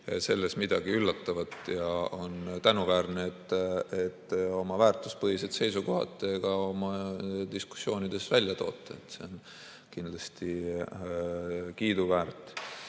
selles midagi üllatavat. On tänuväärne, et te oma väärtuspõhised seisukohad oma diskussioonides välja toote. See on kindlasti kiiduväärt.